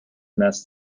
mess